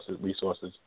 resources